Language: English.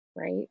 right